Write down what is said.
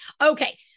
Okay